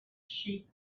sheep